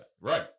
Right